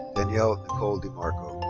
danielle nicole dimarco.